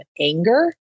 anger